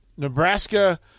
Nebraska